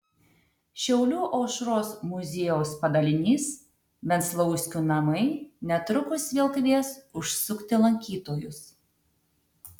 šiaulių aušros muziejaus padalinys venclauskių namai netrukus vėl kvies užsukti lankytojus